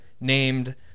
named